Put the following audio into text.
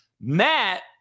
Matt